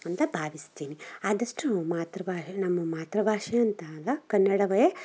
ಅಂತ ಭಾವಿಸ್ತೀನಿ ಆದಷ್ಟು ಮಾತೃ ಭಾಷೆ ನಮ್ಮ ಮಾತೃ ಭಾಷೆ ಅಂದಾಗ ಕನ್ನಡವೇ